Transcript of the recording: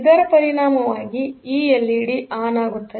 ಇದರಪರಿಣಾಮವಾಗಿ ಈ LED on ಆಗುತ್ತದೆ